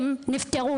הן נפטרו,